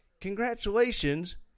congratulations